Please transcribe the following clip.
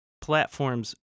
platforms